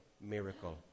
Miracle